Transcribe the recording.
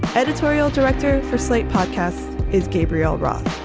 editorial director for slate podcast is gabriel roth.